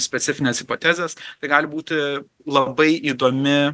specifines hipotezes tai gali būti labai įdomi